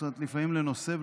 לפעמים לנושא.